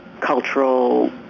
cultural